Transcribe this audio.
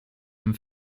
dem